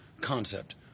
concept